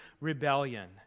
rebellion